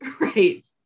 Right